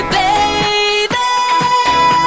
baby